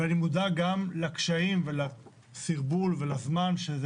ואני מודע גם לקשיים ולסרבול ולזמן שזה